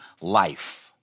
life